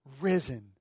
risen